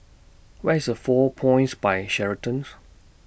Where IS A four Points By Sheraton's